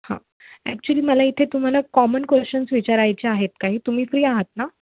हा ॲक्च्युली मला इथे तुम्हाला कॉमन क्वेशन्स विचारायचे आहेत काही तुम्ही फ्री आहात ना